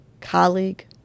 colleague